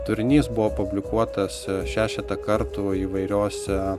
turinys buvo publikuotas šešetą kartų įvairiose